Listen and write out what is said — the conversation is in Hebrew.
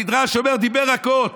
המדרש אומר: דיבר רכות.